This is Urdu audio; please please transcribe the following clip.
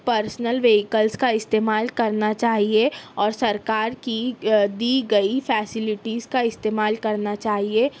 پرسنل وہیکلس کا استعمال کرنا چاہیے اور سرکار کی دی گئی فسلیٹیز کا استعمال کرنا چاہیے